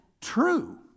true